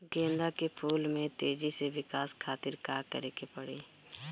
गेंदा के फूल में तेजी से विकास खातिर का करे के पड़ी?